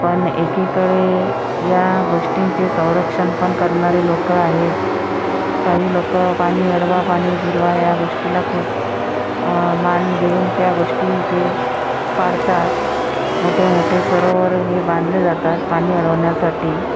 पण एकीकडे या गोष्टींचे संरक्षण पण करणारे लोकं आहेत काही लोकं पाणी अडवा पाणी जिरवा या गोष्टीला खूप मान देऊन त्या गोष्टी ते पाडतात मोठे मोठे सरोवर हे बांधले जातात पाणी अडवण्यासाठी